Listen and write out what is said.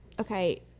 Okay